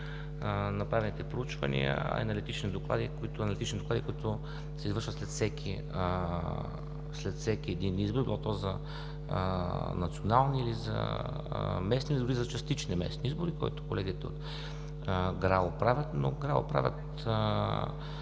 направените проучвания и аналитични доклади, които се извършват след всеки един извод – било то за национални, или за местни, дори за частични местни избори, който колегите от ГРАО правят. Но ГРАО правят